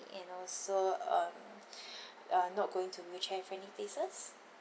and also um uh not going to wheelchair friendly places